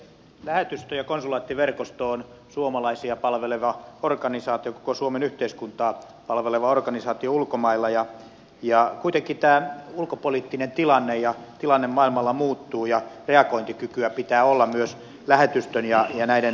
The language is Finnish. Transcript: lähetystö ja konsulaattiverkosto on suomalaisia palveleva organisaatio koko suomen yhteiskuntaa palveleva organisaatio ulkomailla ja kuitenkin tämä ulkopoliittinen tilanne ja tilanne maailmalla muuttuu ja reagointikykyä pitää olla myös lähetystön ja näiden konsulaattipalveluiden osalta